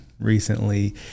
recently